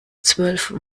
zwölf